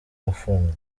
afungwa